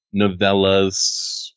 novellas